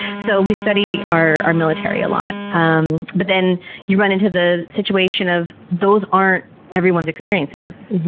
so, we study our our military a lot, um but then you run into the situation of, those aren't everyone's experiences.